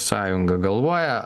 sąjunga galvoja